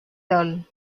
dol